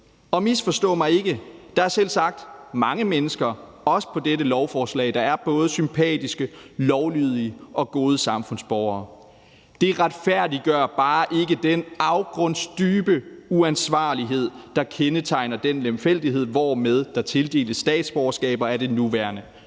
Og misforstå mig ikke: Der er selvsagt mange mennesker, også på dette lovforslag, der er både sympatiske, lovlydige og gode samfundsborgere. Det retfærdiggør bare ikke den afgrundsdybe uansvarlighed, der kendetegner den lemfældighed, hvormed der tildeles statsborgerskaber af det nuværende